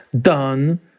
done